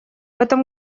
это